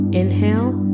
inhale